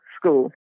school